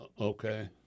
Okay